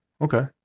okay